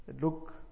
Look